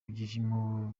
byiciro